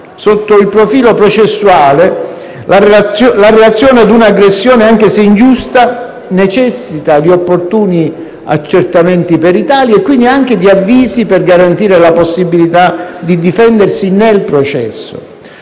Sotto il profilo processuale, la reazione a un'aggressione, anche se ingiusta, necessita di opportuni accertamenti peritali e quindi anche di avvisi per garantire la possibilità di difendersi nel processo.